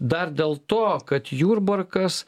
dar dėl to kad jurbarkas